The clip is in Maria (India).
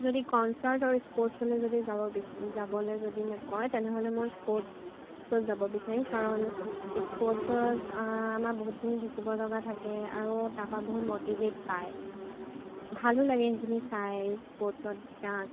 जोदि कोन्सर्त् ओर् स्पोर्त्सोले जोदि जबोले जोदि मो कोइ, तनि होद मो स्पोर्त्सोल् जबोबिसैन्। करुन् स्पोर्त्सोस् अम बोहोत् किनि हिक्बलोग थके, अरो तब बोहोत् मोतिवते पए। भ्हलो लगे हिक्नि साय् स्पोर्त्सोद्,